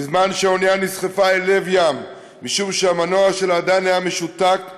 בזמן שהאונייה נסחפה אל לב ים משום שהמנוע שלה עדיין היה משותק,